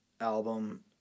album